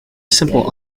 simple